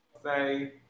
say